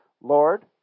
Lord